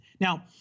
Now